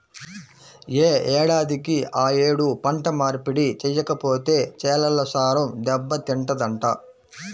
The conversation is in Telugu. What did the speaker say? యే ఏడాదికి ఆ యేడు పంట మార్పిడి చెయ్యకపోతే చేలల్లో సారం దెబ్బతింటదంట